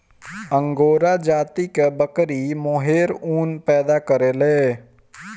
angora जाति कअ बकरी मोहेर ऊन पैदा करेले